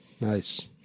Nice